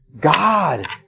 God